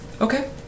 Okay